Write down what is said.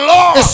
Lord